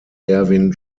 erwin